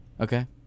Okay